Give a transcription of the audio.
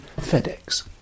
FedEx